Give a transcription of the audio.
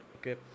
Okay